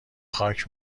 خاک